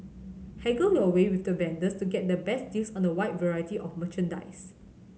haggle your way with the vendors to get the best deals on the wide variety of merchandise